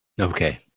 okay